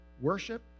worship